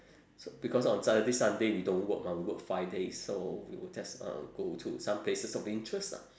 so because on saturday sunday we don't work [one] we work five days so we will just uh go to some places of interest lah